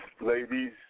Ladies